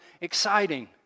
exciting